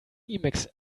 emacs